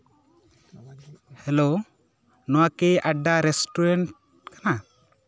hello ᱱᱚᱣᱟ ᱠᱤ ᱟᱰᱰᱟ ᱨᱮᱥᱴᱩᱨᱮᱱᱴ ᱠᱟᱱᱟ